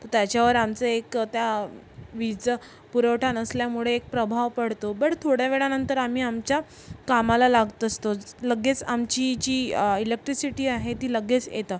तर त्याच्यावर आमचं एक त्या वीज पुरवठा नसल्यामुळे एक प्रभाव पडतो बड थोड्या वेळानंतर आम्ही आमच्या कामाला लागत असतोच लगेच आमची जी इलेक्ट्रिसिटी आहे ती लगेच येतं